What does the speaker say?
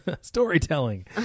Storytelling